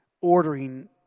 Ordering